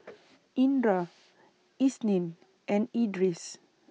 Indra Isnin and Idris